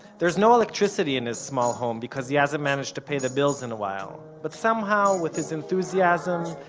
there's no electricity in his small home, because he hasn't managed to pay the bills in a while. but somehow, with his enthusiasm,